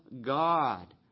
God